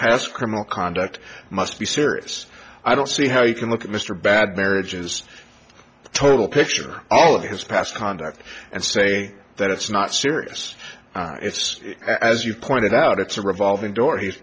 past criminal conduct must be serious i don't see how you can look at mr bad marriages total picture all of his past conduct and say that it's not serious it's as you pointed out it's a revolving door he's